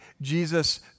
Jesus